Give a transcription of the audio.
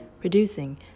producing